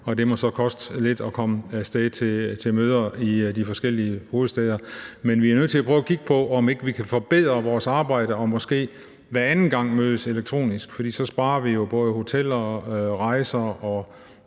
og det må så koste lidt at komme af sted til møder i de forskellige hovedstæder. Men vi er nødt til at prøve at kigge på, om ikke vi kan forbedre vores arbejde og måske hver anden gang mødes elektronisk, for så sparer vi jo både hoteller, rejser, og